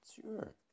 Sure